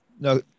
No